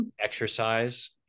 exercise